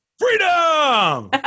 Freedom